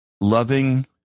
loving